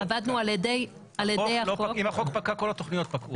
אם החוק פקע, כל התוכניות פקעו.